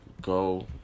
go